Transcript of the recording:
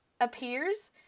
appears